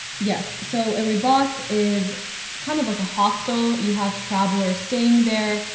yes, so a ribat is kind of like a hostel, you have travelers staying there.